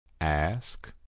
Ask